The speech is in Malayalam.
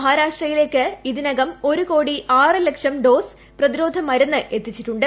മഹാരാഷ്ട്രയിലേക്ക് ഇതിനകം ഒരു കോടി ആറ് ലക്ഷം ഡോസ് പ്രതിരോധ മരുന്ന് എത്തിച്ചിട്ടുണ്ട്